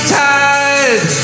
tide